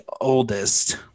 oldest